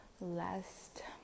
last